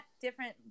different